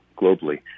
globally